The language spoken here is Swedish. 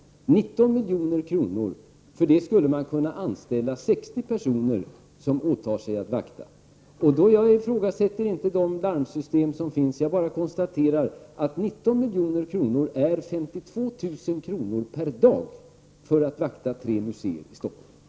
För 19 milj.kr. skulle man kunna anställa 60 personer som åtar sig att vakta. Jag ifrågasätter inte de larmsystem som finns, utan jag konstaterar bara att 19 milj.kr. är 52 000 kr. per dag för att vakta tre museer i Stockholm.